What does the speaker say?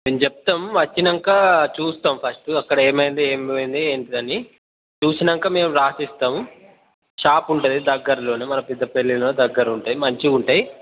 మేము చెప్తాం మేము వచ్చినాక చూస్తాం ఫస్ట్ అక్కడ ఏమైంది ఏం పోయింది ఏంటిదని చూసినంకా మేము రాసి ఇస్తాము షాప్ ఉంటుంది దగ్గరలోనే మన పెద్దపల్లిలో దగ్గరుంటాయి మంచివుంటాయి